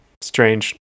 strange